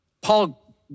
Paul